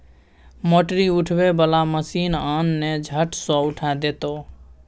मोटरी उठबै बला मशीन आन ने झट सँ उठा देतौ